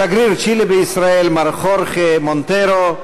שגריר צ'ילה בישראל מר חורחה מונטרו,